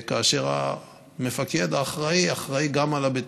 כאשר המפקד האחראי אחראי גם לבטיחות,